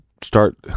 start